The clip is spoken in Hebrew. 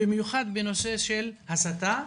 במיוחד בנושא של הסתה.